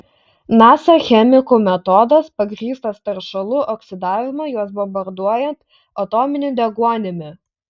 nasa chemikų metodas pagrįstas teršalų oksidavimu juos bombarduojant atominiu deguonimi